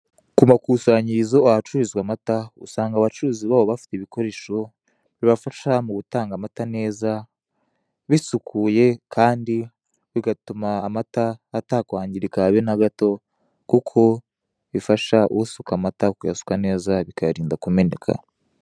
Ku makusanyirizo ahacururizwa amata, usanga abacuruzi baho bafite ibikoresho bibafasha mu gutanga amata neza, bisukuye, kandi bigatuma amata atakwangirika habe na gato, kuko bifasha usuka amata kuyasuka neza, bikayarinda kumeneka.